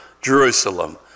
Jerusalem